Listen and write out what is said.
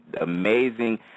amazing